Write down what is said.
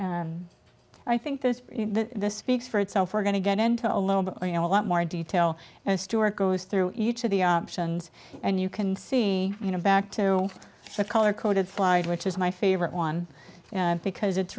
that i think this speaks for itself we're going to get into a little bit you know a lot more detail and stuart goes through each of the options and you can see you know back to the color coded slide which is my favorite one because it's